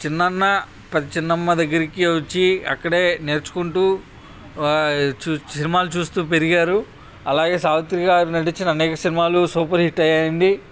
చిన్నాన్న చిన్నమ్మ దగ్గరికి వచ్చి అక్కడే నేర్చుకుంటు సినిమాలు చూస్తు పెరిగారు అలాగే సావిత్రి గారు నటించిన అనేక సినిమాలు సూపర్ హిట్ అయ్యాయండి